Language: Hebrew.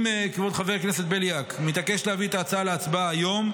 אם כבוד חבר הכנסת בליאק מתעקש להביא את ההצעה להצבעה היום,